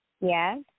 Yes